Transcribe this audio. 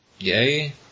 Yay